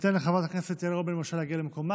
אנחנו ניתן לחברת הכנסת יעל רון בן משה להגיע למקומה.